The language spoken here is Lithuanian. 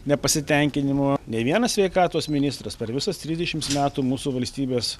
nepasitenkinimu nei vienas sveikatos ministras per visas trisdešims metų mūsų valstybės